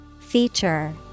Feature